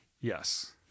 yes